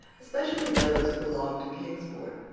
especially those who belonged to kingsport,